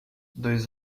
dois